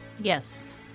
Yes